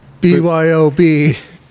BYOB